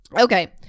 Okay